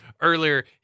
earlier